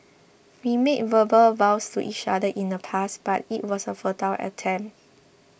we made verbal vows to each other in the past but it was a futile attempt